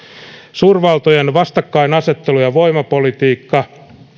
suurvaltojen vastakkainasettelu ja voimapolitiikka